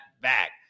back